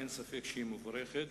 אין ספק שהיא מבורכת,